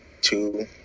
two